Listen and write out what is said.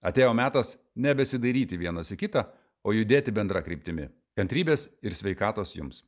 atėjo metas nebesidairyti vienas į kitą o judėti bendra kryptimi kantrybės ir sveikatos jums